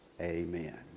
Amen